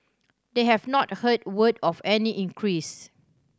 they have not heard word of any increase